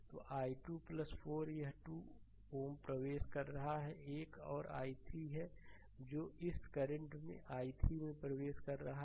तो i2 4 यह 2 अब प्रवेश कर रहा है एक और i3 है जो इस करंट i3 में भी प्रवेश कर रहा है